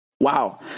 Wow